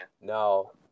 No